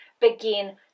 begin